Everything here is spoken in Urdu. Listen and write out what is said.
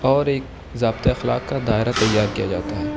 اور ایک ضابطۂ اخلاک کا دائرہ تیار کیا جاتا ہے